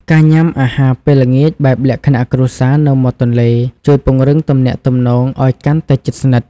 ការញ៉ាំអាហារពេលល្ងាចបែបលក្ខណៈគ្រួសារនៅមាត់ទន្លេ ជួយពង្រឹងទំនាក់ទំនងឱ្យកាន់តែជិតស្និទ្ធ។